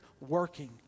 working